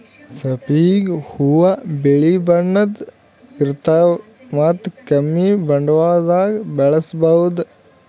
ಸಂಪಿಗ್ ಹೂವಾ ಬಿಳಿ ಬಣ್ಣದ್ ಇರ್ತವ್ ಮತ್ತ್ ಕಮ್ಮಿ ಬಂಡವಾಳ್ದಾಗ್ ಬೆಳಸಬಹುದ್